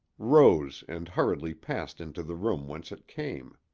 rose and hurriedly passed into the room whence it came.